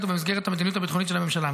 ובמסגרת המדיניות הביטחונית של הממשלה.